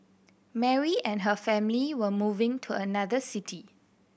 Mary and her family were moving to another city